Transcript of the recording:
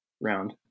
round